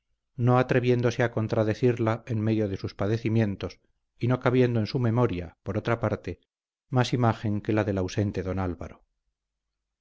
no atreviéndose a contradecirla en medio de sus padecimientos y no cabiendo en su memoria por otra parte más imagen que la del ausente don álvaro